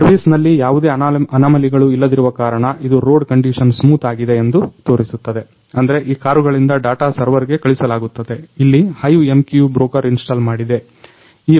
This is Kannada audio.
ಸರ್ವೀಸ್ನಲ್ಲಿ ಯಾವುದೇ ಅನಾಮಲಿಗಳು ಇಲ್ಲದಿರುವ ಕಾರಣ ಇದು ರೋಡ್ ಕಂಡಿಷನ್ ಸ್ಮೂತ್ ಆಗಿದೆ ಎಂದು ತೋರಿಸುತ್ತದೆ ಅಂದ್ರೆ ಈ ಕಾರುಗಳಿಂದ ಡಾಟ ಸೆರ್ವೆರ್ಗೆ ಕಳುಹಿಸಲಾಗುತ್ತದೆ ಇಲ್ಲಿ HiveMQ ಬ್ರೋಕರ್ ಇನ್ಸ್ಟಾಲ್ ಮಾಡಿದೆ